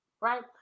right